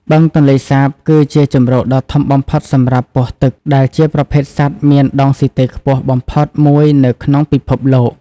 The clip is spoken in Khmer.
បឹងទន្លេសាបគឺជាជម្រកដ៏ធំបំផុតសម្រាប់ពស់ទឹក ដែលជាប្រភេទសត្វមានដង់ស៊ីតេខ្ពស់បំផុតមួយនៅក្នុងពិភពលោក។